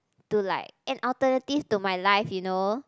to like an alternative to my life you know